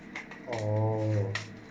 oo